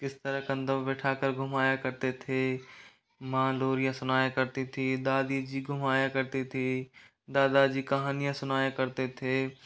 किस तरह कंधों पर बैठा कर घुमाया करते थे माँ लोरियाँ सुनाया करती थी दादी जी घुमाया करती थी दादा जी कहानियाँ सुनाया करते थे